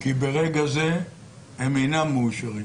כי ברגע זה הם אינם מאושרים.